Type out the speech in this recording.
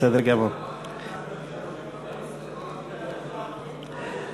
בל"ד להביע אי-אמון בממשלה לא נתקבלה.